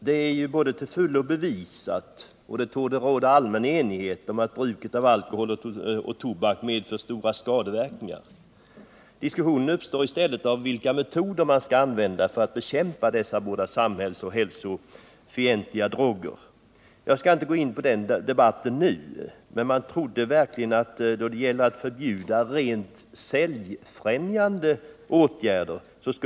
Herr talman! Det är ju till fullo bevisat och det torde också råda allmän enighet om att bruket av alkohol och tobak medför stora skadeverkningar. Men det uppstår i stället en diskussion om vilka metoder som skall användas för att kunna bekämpa dessa båda samhällsoch hälsofientliga droger. Jag skall inte gå in på den debatten nu, men jag trodde verkligen att man också skulle kunna nå enighet när det gällde att förbjuda rent säljfrämjande åtgärder.